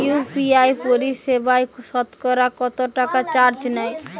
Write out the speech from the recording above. UPI পরিসেবায় সতকরা কতটাকা চার্জ নেয়?